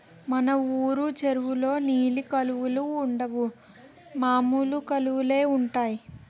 మన వూరు చెరువులో నీలి కలువలుండవు మామూలు కలువలే ఉంటాయి